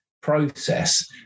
process